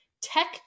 tech